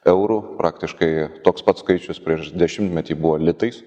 eurų praktiškai toks pat skaičius prieš dešimtmetį buvo litais